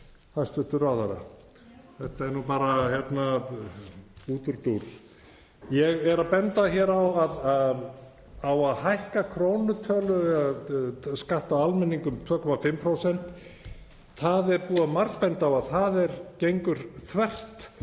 Þetta er nú bara útúrdúr. Ég er að benda á að það að hækka krónutöluskatt á almenning um 2,5%, það er búið að margbenda á að það gengur þvert